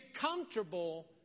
comfortable